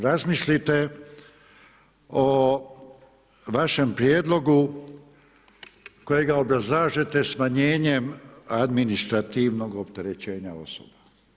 Razmislite o vašem prijedlogu kojega obrazlažete smanjenjem administrativnog opterećenja osoba.